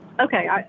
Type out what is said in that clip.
Okay